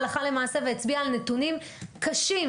הלכה למעשה והצביעה על נתונים קשים